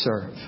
serve